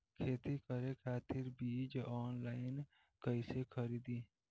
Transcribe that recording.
खेती करे खातिर बीज ऑनलाइन कइसे खरीदी?